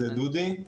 זה דודי.